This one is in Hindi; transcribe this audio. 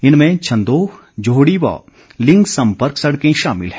इनमें छंदोह जोहड़ी व लिंग संपर्क सड़कें शामिल है